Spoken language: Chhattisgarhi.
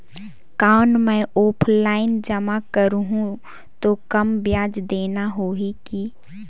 कौन मैं ऑफलाइन जमा करहूं तो कम ब्याज देना होही की?